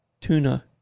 tuna